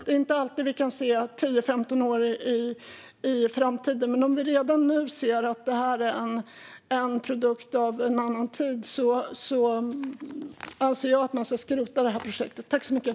Det är inte alltid vi kan se 10-15 år in i framtiden, men när vi redan nu ser att det här är en produkt av en annan tid anser jag att det här projektet ska skrotas.